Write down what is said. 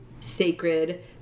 sacred